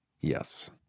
Yes